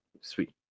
sweet